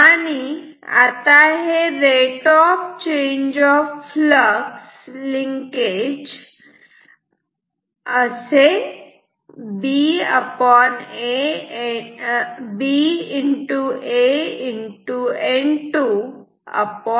आणि हे आता rate of change of flux linkage असे आहे